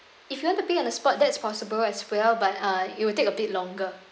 if you want to pay on the spot that's possible as well but uh it would take a bit longer